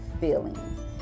feelings